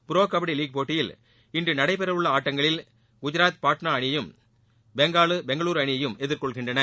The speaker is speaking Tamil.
ப்ரோ கபடி லீக் போட்டியில் இன்று நடைபெற உள்ள ஆட்டங்களில் குஜராத் பட்னா அணியையும் பெங்கால் பெங்களுரு அணியையும் எதிர்கொள்கின்றன